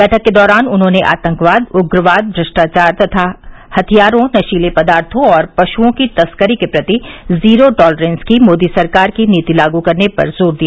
बैठक के दौरान उन्होंने आतंकवाद उग्रवाद भ्रष्टाचार तथा हथियारों नशीले पदार्थो और पश्ओं की तस्करी के प्रति जीरो टॉलेरेंस की मोदी सरकार की नीति लागू करने पर जोर दिया